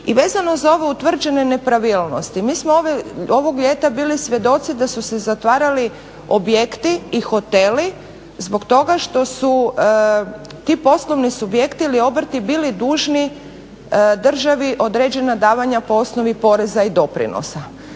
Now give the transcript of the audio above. I vezano za ovo utvrđene nepravilnosti. Mi smo ovog ljeta bili svjedoci da su se zatvarali objekti i hoteli zbog toga što su ti poslovni subjekti ili obrti bili dužni državi određena davanja po osnovi poreza i doprinosa,